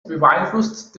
beeinflusst